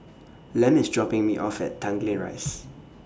Lem IS dropping Me off At Tanglin Rise